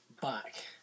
back